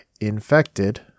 infected